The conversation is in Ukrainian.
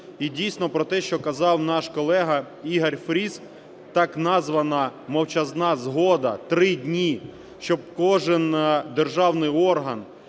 І дійсно, про те, що казав наш колега Ігор Фріс, так названа мовчазна згода три дні, щоб кожен державний орган